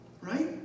Right